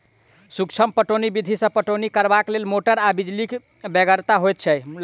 सूक्ष्म पटौनी विधि सॅ पटौनी करबाक लेल मोटर आ बिजलीक बेगरता होइत छै